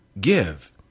give